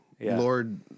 Lord